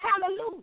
Hallelujah